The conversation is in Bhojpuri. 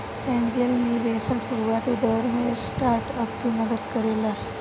एंजेल निवेशक शुरुआती दौर में स्टार्टअप के मदद करेला